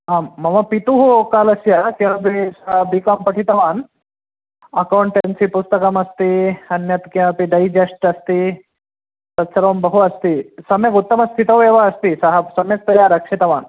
आं मम पितुः कालस्य किमपि सोऽपि किं पठितवान् अकौण्टेन्सि पुस्तकमस्ति अन्यत् किमपि डैजेस्ट् अस्ति तत् बहु अस्ति सम्यक् उत्तमस्थितौ एव अस्ति सः सम्यक्तया रक्षितवान्